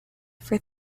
for